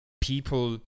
people